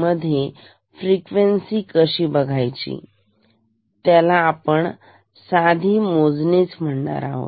मध्ये फ्रिक्वेन्सी कशी बघायची त्याला आपण साधे मोजणीच म्हणणार आहोत